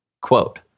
Quote